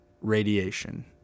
Radiation